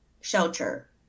shelter